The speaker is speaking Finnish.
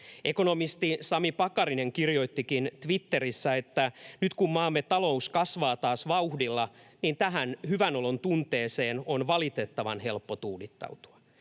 Ekonomisti Sami Pakarinen kirjoittikin Twitterissä, että nyt kun maamme talous kasvaa taas vauhdilla, tähän hyvänolontunteeseen on valitettavan helppo tuudittautua.